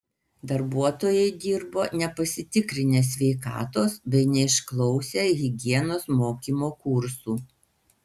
darbuotojai dirbo nepasitikrinę sveikatos bei neišklausę higienos mokymo kursų